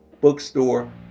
bookstore